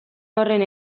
horren